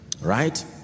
right